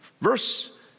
Verse